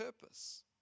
purpose